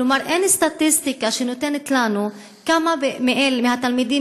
כלומר אין סטטיסטיקה שנותנת לנו כמה מהתלמידים